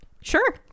Sure